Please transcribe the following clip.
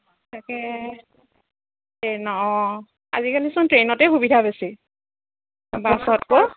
তাকে অঁ আজিকালিচোন ট্ৰেইনতে সুবিধা বেছি বাছতকৈ